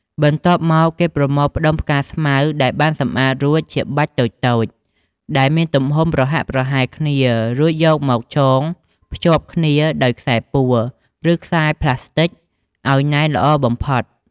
ដំណាក់បន្ទាប់គេប្រមូលផ្ដុំផ្កាស្មៅដែលបានសម្អាតរួច ជាបាច់តូចៗ ដែលមានទំហំប្រហាក់ប្រហែលគ្នារួចយកមកចងភ្ជាប់គ្នាដោយខ្សែពួរ ឬខ្សែផ្លាស្ទិចឲ្យណែនល្អបំផុត។